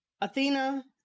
Athena